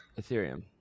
Ethereum